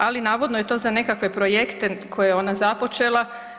Ali navodno je to za nekakve projekte koje je ona započela.